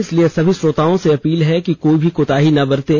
इसलिए सभी श्रोताओं से अपील है कि कोई भी कोताही ना बरतें